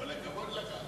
כל הכבוד לך.